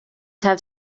have